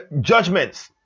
judgments